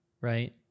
right